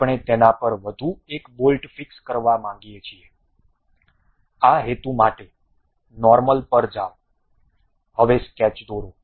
હવે આપણે તેના પર વધુ એક બોલ્ટ ફીકસ કરવા માંગીએ છીએ આ હેતુ માટે નોર્મલ પર જાઓ હવે સ્કેચ દોરો